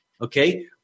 Okay